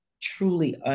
truly